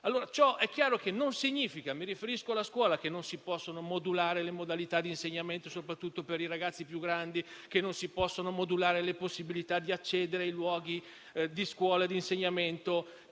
Ciò non significa - mi riferisco alla scuola - che non si possono modulare le modalità di insegnamento, soprattutto per i ragazzi più grandi, che non si possono modulare gli accessi ai luoghi di scuola e di insegnamento,